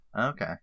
Okay